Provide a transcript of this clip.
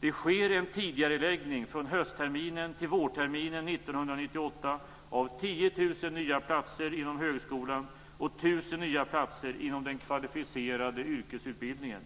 Det sker en tidigareläggning från höstterminen till vårterminen 1998 av 10 000 nya platser inom högskolan och 1 000 nya platser inom den kvalificerade yrkesutbildningen.